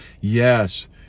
yes